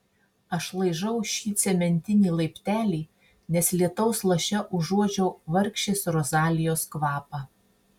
aš laižau šį cementinį laiptelį nes lietaus laše užuodžiau vargšės rozalijos kvapą